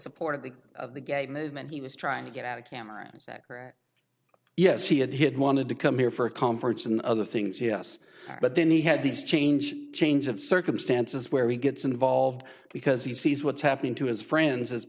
support of the of the gay movement he was trying to get out of cameron's that yes he had he had wanted to come here for a conference and other things yes but then he had this change change of circumstances where he gets involved because he sees what's happening to his friends